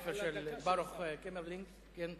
הספר של ברוך קימרלינג, הוספתי לך עוד דקה.